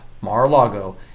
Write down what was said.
Mar-a-Lago